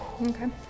Okay